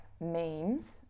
memes